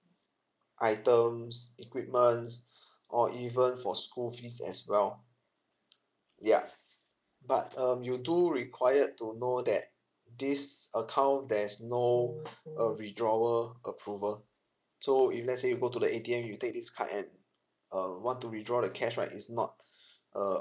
items equipment or even for school fees as well ya but um you do required to know that this account there's no uh withdrawal approval so if let's say you go to the A_T_M you take this card and uh want to withdraw the cash right is not uh